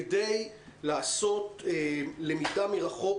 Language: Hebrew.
כדי לעשות למידה מרחוק,